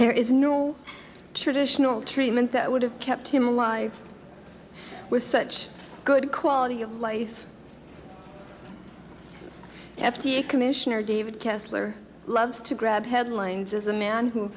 there is no traditional treatment that would have kept him alive with such good quality of life commissioner david kessler loves to grab headlines as a man who